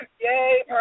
yay